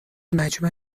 مجمع